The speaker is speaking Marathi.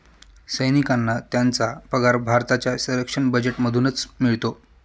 सैनिकांना त्यांचा पगार भारताच्या संरक्षण बजेटमधूनच मिळतो